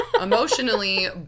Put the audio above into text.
emotionally